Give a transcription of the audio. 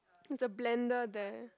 the blender there